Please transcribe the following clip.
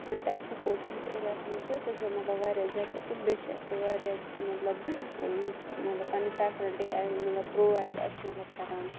tech support science ایریاہَس مَنٛز چھُ سُہ چھُ مَطلَب واریاہ زیاد اَصل بییٚہِ چھُ اَسہِ سُہ واریاہ مَطلَب پَنٕنۍ فیسلِٹی واریاہ پرووایِڈ اَسہِ مَطلَب کَران